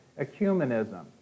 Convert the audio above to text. ecumenism